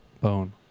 bone